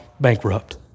bankrupt